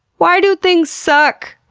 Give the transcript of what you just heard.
why do things suck?